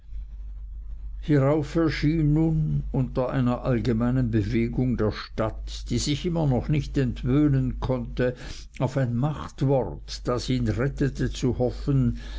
hierauf erschien nun unter einer allgemeinen bewegung der stadt die sich immer noch nicht entwöhnen konnte auf ein machtwort das ihn rettete zu hoffen